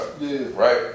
right